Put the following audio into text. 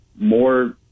more